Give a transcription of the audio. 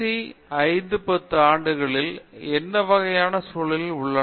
பேராசிரியர் பிரதாப் ஹரிதாஸ் கடைசி 5 10 ஆண்டுகள் என்ன வகையான சூழலில் உள்ளன